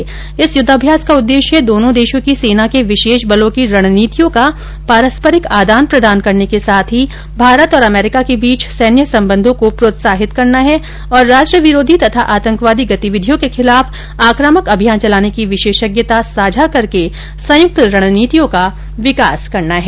इस संयुक्त युद्वाभ्यास का उद्देश्य दोनों देशों की सेना के विशेष बलों की रणनीतियों का पारस्परिक आदान प्रदान के साथ भारत और अमरीका के बीच सैन्य संबंधों को प्रोत्साहित करना है और राष्ट्रविरोधी और आतंकवादियों के खिलाफ आक्रामक अभियान चलाने की विशेषज्ञता साझा करके संयुक्त रणनीतियों का विकास करना है